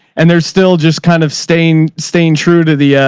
and they're still just kind of staying, staying true to the a,